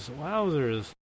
Wowzers